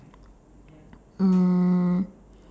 mm